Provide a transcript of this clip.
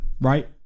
right